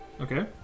Okay